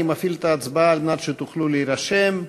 אני מפעיל את ההצבעה על מנת שתוכלו להירשם.